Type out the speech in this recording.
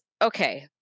okay